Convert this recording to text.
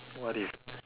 what if